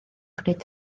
gwneud